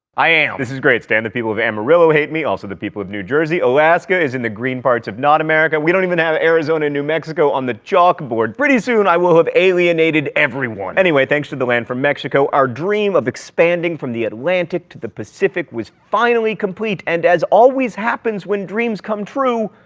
i am. this is great, stan. the people of amarillo hate me, also the people of new jersey, alaska is in the green-parts-of-not-america. we don't even have arizona and new mexico on the chalkboard. pretty soon i will have alienated everyone. anyway, thanks to the land from mexico, our dream of expanding from the atlantic to the pacific was finally complete. and as always happens when dreams come true,